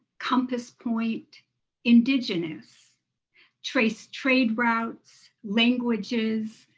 compass point indigenous trace trade routes, languages,